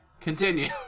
continue